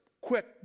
quick